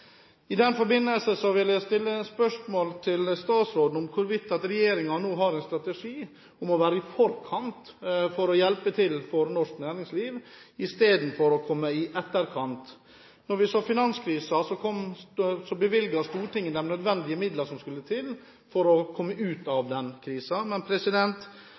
I den forbindelse vil jeg stille spørsmål til statsråden om hvorvidt regjeringen nå har en strategi for å være i forkant for å hjelpe norsk næringsliv i stedet for å komme i etterkant. Da vi hadde finanskrisen, bevilget Stortinget de nødvendige midlene for å komme ut av krisen. Men